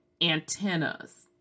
antennas